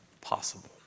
possible